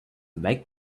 make